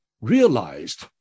realized